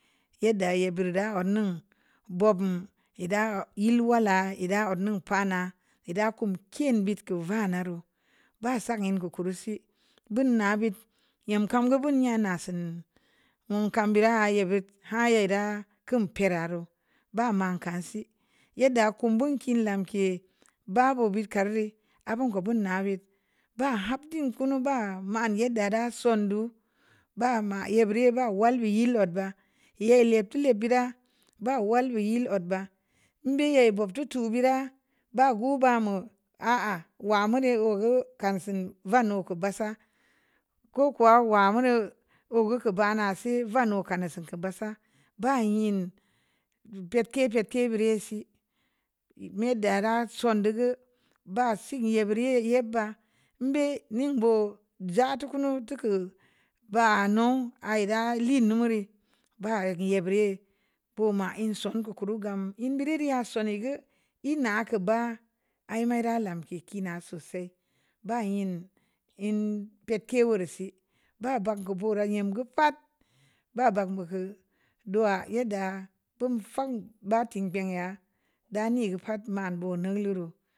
Yeddə ye’ burii da wanə nuŋ bo'o'b nə e'e da'a yil walla e’ da wanə nuŋ pa na e’ da kun kiin be't kə vana reu ba sanəe kukuru si bura be't yan kam gu bun yana siŋŋ un kam bina ya but ha ye'e da kum pe'ra reu ba man kan si yedda kum bo'o kin lamke’ babu but kari a ban gə buna bit ba habdin kunu ba mare’ yedda sondu ba ma ye bure’ ba walbe yel də ba yelle tu yel bira ba wal be’ yel də bo'ot ba ən be'a bob tutu bira ba guba mu a'a wa mune’ kə gə kan sinŋ vamu gə basa ko kuwa wa mureu o gə kuo bana si varu kəna senkə basa ba yen pe'tke’ pe'ke’ bure’ si me'd da rqa son du gə ba siŋə ye buri yebba mbe’ nneŋ bo'o ja tukunu tukə ba'a nu ida lei numu rii ba'ek ye’ burii buma ngə sori ən kuku reu gam ən bure’ rii'a senne’ gə lna kəba'a ii mura lanke’ kura sosai ba ye'n ənŋ pe'tke’ reu si ba banku bura nyem gə pa'at ba bangə bu du'a yedd aa bun fang ba timpe’ nyanə bani gə pa'at manŋ boo nu reu.